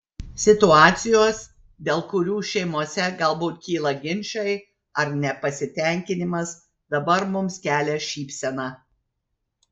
situacijos dėl kurių šeimose galbūt kyla ginčai ar nepasitenkinimas dabar mums kelia šypseną